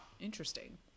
interesting